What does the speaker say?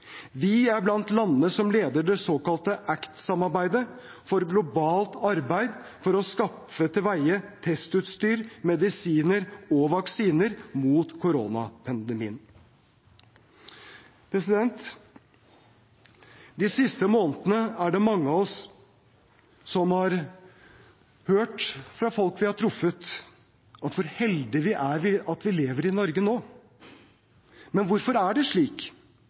Vi er blant landene som leder det såkalte ACT-A-samarbeidet for globalt arbeid for å skaffe til veie testutstyr, medisiner og vaksiner mot koronaviruset. De siste månedene er det mange av oss som har hørt fra folk vi har truffet, hvor heldige vi er fordi vi lever i Norge nå. Men hvorfor er det slik?